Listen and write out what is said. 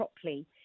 properly